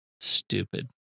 Stupid